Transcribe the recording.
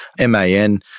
MAN